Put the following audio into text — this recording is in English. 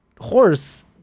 horse